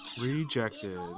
Rejected